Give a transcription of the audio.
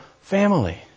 family